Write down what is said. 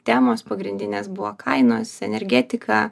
temos pagrindinės buvo kainos energetika